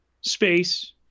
space